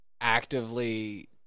actively